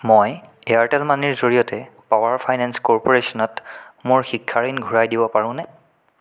মই এয়াৰটেল মানিৰ জৰিয়তে পাৱাৰ ফাইনেন্স কৰ্প'ৰেশ্যনত মোৰ শিক্ষা ঋণ ঘূৰাই দিব পাৰোনে